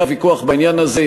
היה ויכוח בעניין הזה.